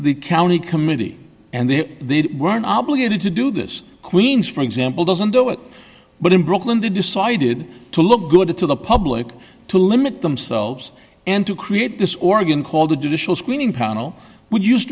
the county committee and they weren't obligated to do this queens for example doesn't do it but in brooklyn they decided to look good to the public to limit themselves and to create this organ called additional screening panel would use